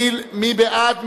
מי בעד?